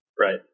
Right